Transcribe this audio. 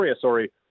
sorry